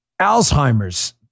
Alzheimer's